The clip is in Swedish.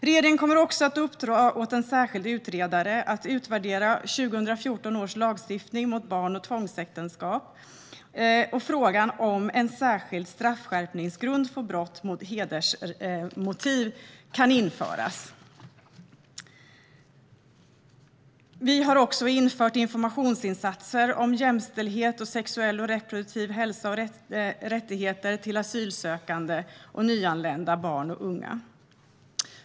Regeringen kommer även att uppdra åt en särskild utredare att utvärdera 2014 års lagstiftning mot barnäktenskap och tvångsäktenskap. Frågan om en särskild straffskärpningsgrund för brott med hedersmotiv kan införas. Vi har dessutom gjort informationsinsatser om jämställdhet, sexuell och reproduktiv hälsa samt rättigheter för asylsökande och nyanlända barn och unga.